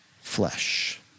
flesh